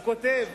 הוא כותב: